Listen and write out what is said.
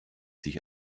sich